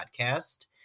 podcast